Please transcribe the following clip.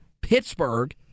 Pittsburgh